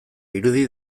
irudi